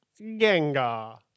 Gengar